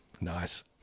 Nice